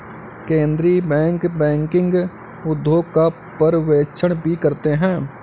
केन्द्रीय bank banking उद्योग का पर्यवेक्षण भी करते हैं